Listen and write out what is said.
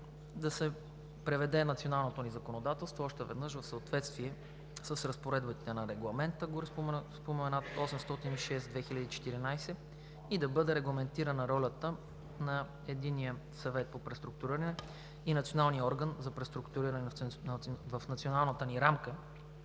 да се преведе националното ни законодателство още веднъж в съответствие с разпоредбите на гореспоменатия Регламент № 806/2014 и да бъде регламентирана ролята на Единния съвет по преструктуриране и Националния орган за преструктуриране в националната ни рамка,